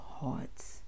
hearts